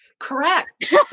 correct